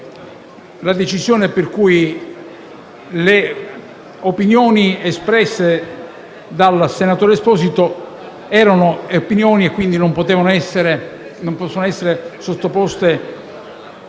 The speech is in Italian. la decisione per cui le opinioni espresse dal senatore Stefano Esposito sono opinioni e, quindi, non possono essere sottoposte